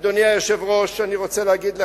אדוני היושב-ראש, אני רוצה להגיד לך,